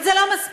אבל זה לא מספיק,